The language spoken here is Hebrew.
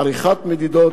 עריכת מדידות,